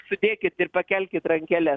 sudėkit ir pakelkit rankeles